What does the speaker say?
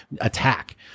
attack